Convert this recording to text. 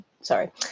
sorry